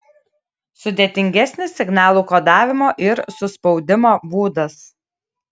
sudėtingesnis signalų kodavimo ir suspaudimo būdas